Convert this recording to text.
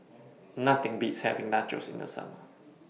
Nothing Beats having Nachos in The Summer